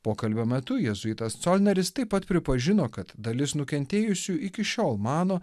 pokalbio metu jėzuitas colneris taip pat pripažino kad dalis nukentėjusių iki šiol mano